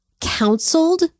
counseled